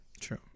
True